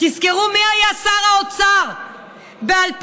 תזכרו מי היה שר האוצר ב-2015.